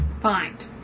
find